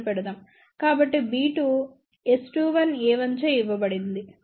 కాబట్టి b2 S21 a1 చే ఇవ్వబడింది